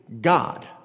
God